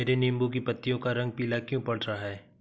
मेरे नींबू की पत्तियों का रंग पीला क्यो पड़ रहा है?